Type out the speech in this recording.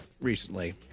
recently